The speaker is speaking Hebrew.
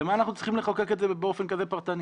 למה אנחנו צריכים לחוקק את זה באופן כזה פרטני?